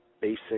basic